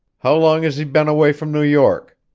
how long has he been away from new york?